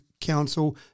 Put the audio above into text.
council